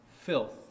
filth